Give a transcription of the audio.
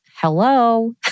hello